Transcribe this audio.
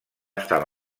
estar